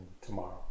tomorrow